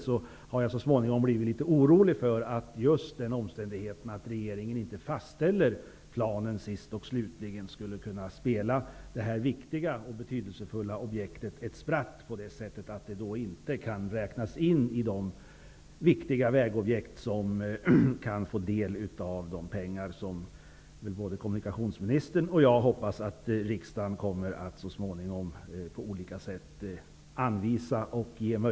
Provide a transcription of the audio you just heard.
Jag har så småningom blivit litet orolig för att den omständigheten att regeringen inte slutligt fastställer planen skulle kunna spela detta betydelsefulla objekt ett spratt, genom att det då inte kan räknas in bland de viktiga vägobjekt som kan få del av de pengar som både kommunikationsministern och jag hoppas att riksdagen kommer att så småningom på olika sätt anvisa.